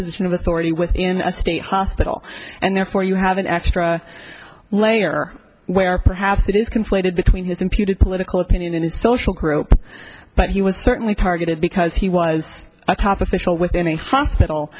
position of authority within a state hospital and therefore you have an extra layer where perhaps it is conflated between his imputed political opinion and his social group but he was certainly targeted because he was a top official within a hospital